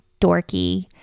dorky